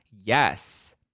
Yes